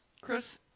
Chris